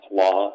law